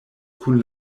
kun